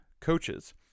coaches